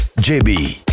JB